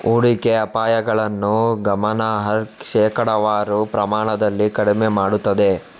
ಹೂಡಿಕೆ ಅಪಾಯಗಳನ್ನು ಗಮನಾರ್ಹ ಶೇಕಡಾವಾರು ಪ್ರಮಾಣದಲ್ಲಿ ಕಡಿಮೆ ಮಾಡುತ್ತದೆ